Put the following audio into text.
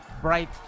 bright